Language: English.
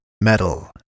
metal